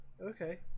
Okay